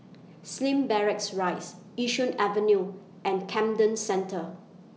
Slim Barracks Rise Yishun Avenue and Camden Centre